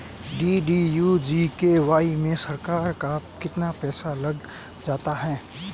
DDU GKY में सरकार का कितना पैसा लग जाता है?